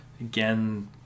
again